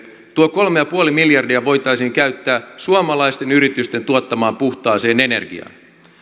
kolme pilkku viisi miljardia voitaisiin käyttää suomalaisten yritysten tuottamaan puhtaaseen energiaan